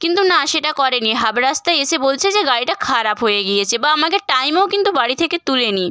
কিন্তু না সেটা করেনি হাফ রাস্তায় এসে বলছে যে গাড়িটা খারাপ হয়ে গিয়েছে বা আমাকে টাইমেও কিন্তু বাড়ি থেকে তোলেনি